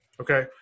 Okay